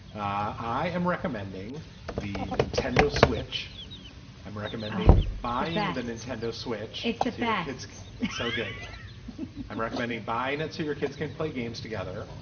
i am recommending the nintendo switch i'm recommending buy yeah the nintendo switch. it's that bad. it's so good i'm recommending buying it so your kids can play games together.